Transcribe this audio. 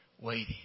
waiting